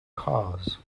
cause